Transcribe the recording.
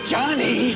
Johnny